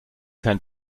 kein